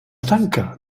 tanca